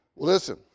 Listen